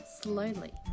slowly